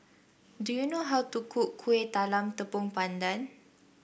do you know how to cook Kueh Talam Tepong Pandan